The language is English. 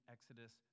Exodus